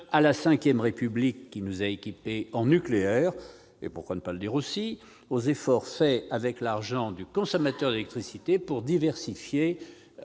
à la V République, qui nous a équipés en nucléaire et- pourquoi ne pas le dire aussi ? -aux efforts faits avec l'argent du consommateur d'électricité pour diversifier,